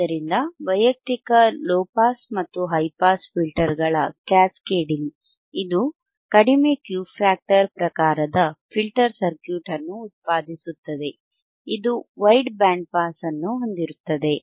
ಆದ್ದರಿಂದ ವೈಯಕ್ತಿಕ low pass ಮತ್ತು ಹೈ ಪಾಸ್ ಫಿಲ್ಟರ್ಗಳ ಕ್ಯಾಸ್ಕೇಡಿಂಗ್ ಇದು ಕಡಿಮೆ ಕ್ಯೂ ಫ್ಯಾಕ್ಟರ್ ಪ್ರಕಾರದ ಫಿಲ್ಟರ್ ಸರ್ಕ್ಯೂಟ್ ಅನ್ನು ಉತ್ಪಾದಿಸುತ್ತದೆ ಇದು ವೈಡ್ ಬ್ಯಾಂಡ್ ಪಾಸ್ ಅನ್ನು ಹೊಂದಿರುತ್ತದೆ